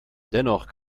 dennoch